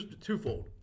twofold